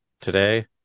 today